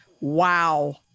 Wow